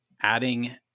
adding